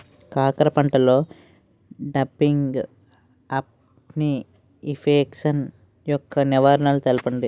కాకర పంటలో డంపింగ్ఆఫ్ని ఇన్ఫెక్షన్ యెక్క నివారణలు తెలపండి?